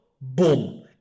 boom